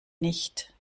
nicht